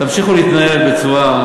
תמשיכו להתנהל בצורה,